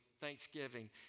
thanksgiving